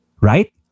right